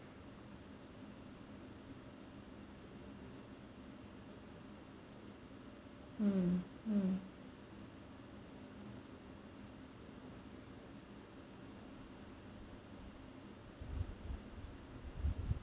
mm mm